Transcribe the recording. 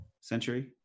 century